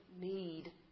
need